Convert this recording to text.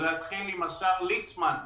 אתחיל עם השר ליצמן,